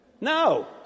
No